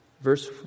Verse